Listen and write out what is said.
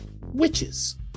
witches